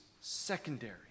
secondary